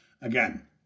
Again